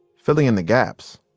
filling in the gaps.